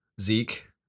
Zeke